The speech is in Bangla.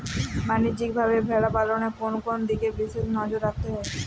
বাণিজ্যিকভাবে ভেড়া পালনে কোন কোন দিকে বিশেষ নজর রাখতে হয়?